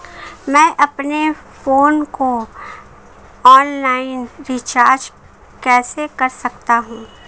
मैं अपने फोन को ऑनलाइन रीचार्ज कैसे कर सकता हूं?